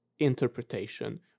interpretation